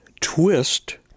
twist